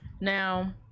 Now